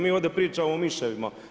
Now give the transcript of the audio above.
Mi ovdje pričamo o miševima.